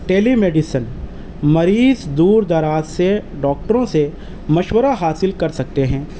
ٹیلی medicine مریض دور دراز سے ڈاکٹروں سے مشورہ حاصل کر سکتے ہیں